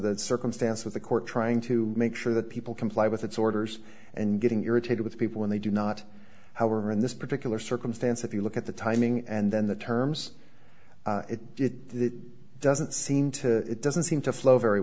the circumstance with the court trying to make sure that people comply with its orders and getting irritated with people when they do not however in this particular circumstance if you look at the timing and then the terms it doesn't seem to it doesn't seem to flow very